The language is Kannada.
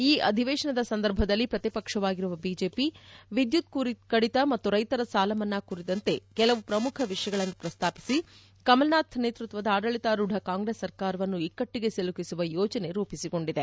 ಈ ಅಧಿವೇಶನದ ಸಂದರ್ಭದಲ್ಲಿ ಪ್ರತಿಪಕ್ಷವಾಗಿರುವ ಬಿಜೆಪಿ ವಿದ್ಯುತ್ ಕಡಿತ ಮತ್ತು ರೈತರ ಸಾಲಮನ್ನಾ ಸೇರಿದಂತೆ ಕೆಲ ಪ್ರಮುಖ ವಿಷಯಗಳನ್ನು ಪ್ರಸ್ತಾಪಿಸಿ ಕಮಲ್ನಾಥ್ ನೇತ್ಯತ್ವದ ಆಡಳಿತಾರೂಢ ಕಾಂಗ್ರೆಸ್ ಸರ್ಕಾರವನ್ನು ಇಕ್ಕಟ್ಟಿಗೆ ಸಿಲುಕಿಸುವ ಯೋಜನೆ ರೂಪಿಸಿಕೊಂಡಿದೆ